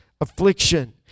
affliction